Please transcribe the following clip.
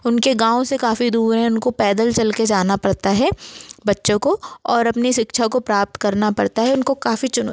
उनके गाँव से काफ़ी दूर है उनको पैदल चल के जाना पड़ता है बच्चों को और अपने शिक्षा को प्राप्त करना पड़ता है उनको काफ़ी चुनौती